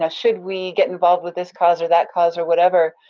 ah should we get involved with this cause or that cause or whatever,